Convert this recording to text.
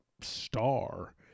star